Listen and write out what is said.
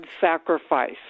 sacrifice